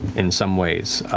in some ways.